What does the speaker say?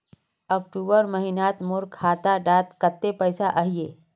अक्टूबर महीनात मोर खाता डात कत्ते पैसा अहिये?